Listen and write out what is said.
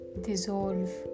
dissolve